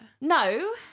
No